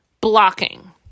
blocking